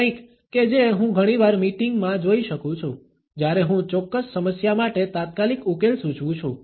કંઈક કે જે હું ઘણીવાર મીટિંગ માં જોઈ શકું છું જ્યારે હું ચોક્કસ સમસ્યા માટે તાત્કાલિક ઉકેલ સૂચવુ છું